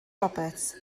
roberts